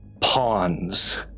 pawns